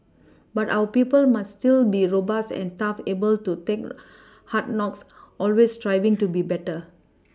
but our people must still be robust and tough able to take hard knocks always striving to be better